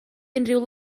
unrhyw